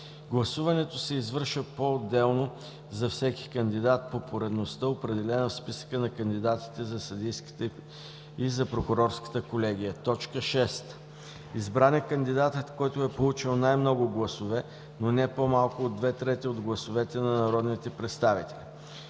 Гласуването се извършва поотделно за всеки кандидат по поредността, определена в списъка на кандидатите за съдийската и за прокурорската колегия. 6. Избран е кандидатът, който е получил най-много гласове, но не по-малко от две трети от гласовете на народните представители.